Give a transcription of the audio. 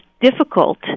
difficult